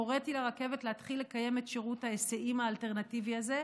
הוריתי לרכבת להתחיל לקיים את שירות ההיסעים האלטרנטיבי הזה,